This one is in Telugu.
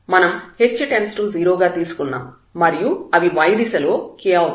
మనం h→0 గా తీసుకున్నాం మరియు అవి y దిశలో k అవుతాయి